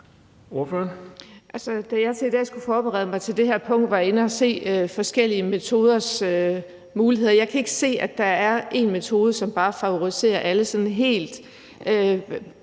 Da jeg skulle forberede mig til det her punkt i dag, var jeg inde at se forskellige metoders muligheder. Jeg kan ikke se, at der er én metode, som bare er sådan helt